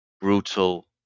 brutal